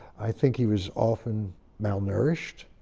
i think he was often malnourished,